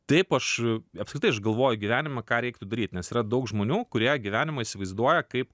taip aš apskritai aš galvoju gyvenime ką reiktų daryt nes yra daug žmonių kurie gyvenimą įsivaizduoja kaip